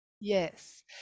yes